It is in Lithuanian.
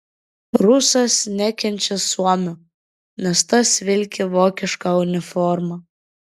rusas nekenčia suomio nes tas vilki vokišką uniformą